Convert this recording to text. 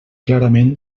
clarament